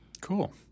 Cool